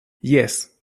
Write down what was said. jes